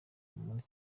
muri